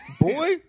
Boy